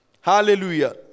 hallelujah